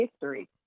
history